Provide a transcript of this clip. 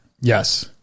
Yes